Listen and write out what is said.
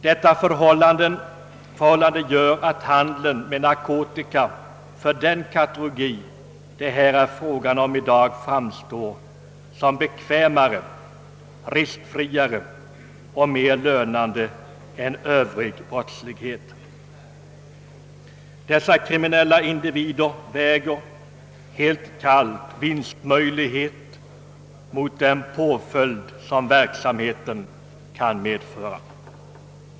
Detta förhållande gör att handeln med narkotika för den kategori som det här är fråga om i dag framstår såsom bekvämare, riskfriare och mer lönande än Övrig brottslighet. Dessa kriminella individer väger helt kallt vinstmöjlighet mot den påföljd som verksamheten kan medföra.